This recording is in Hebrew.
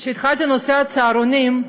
כשהתחלתי בנושא הצהרונים,